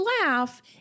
laugh